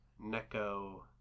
Neko